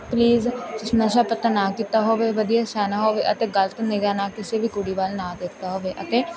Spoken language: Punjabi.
ਪਲੀਜ਼ ਨਸ਼ਾ ਪੱਤਾ ਨਾ ਕੀਤਾ ਹੋਵੇ ਵਧੀਆ ਸਿਆਣਾ ਹੋਵੇ ਅਤੇ ਗਲਤ ਨਿਗ੍ਹਾ ਨਾਲ ਕਿਸੇ ਵੀ ਕੁੜੀ ਵੱਲ ਨਾ ਦੇਖਦਾ ਹੋਵੇ ਅਤੇ